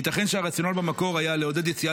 ייתכן שהרציונל במקור היה לעודד יציאה